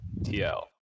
TL